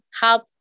help